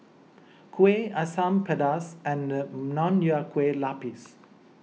Kuih Asam Pedas and Nonya Kueh Lapis